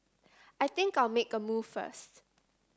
I think I'll make a move first